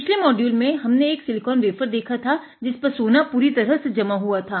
पिछले मोड्यूल में हमने एक सिलिकॉन वेफर देखा जिस पर सोना पूरी तरह से जमा हुआ था